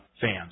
fans